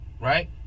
right